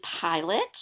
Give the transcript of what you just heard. pilot